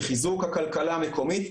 לחיזוק הכלכלה המקומית,